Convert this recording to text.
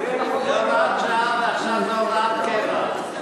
זו הוראת שעה, מה שהיה קודם, ועכשיו זו הוראת קבע.